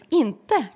inte